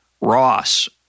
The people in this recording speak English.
Ross